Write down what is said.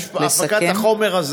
בבקשה לסכם.